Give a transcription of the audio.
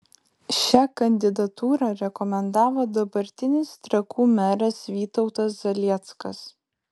šią kandidatūrą rekomendavo dabartinis trakų meras vytautas zalieckas